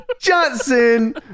Johnson